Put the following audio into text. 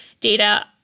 data